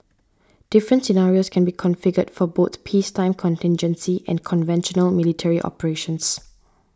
different scenarios can be configured for both peacetime contingency and conventional military operations